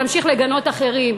ונמשיך לגנות אחרים.